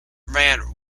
ran